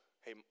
hey